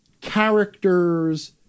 character's